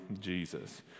Jesus